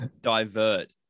divert